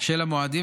של המועדים,